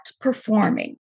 performing